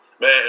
Man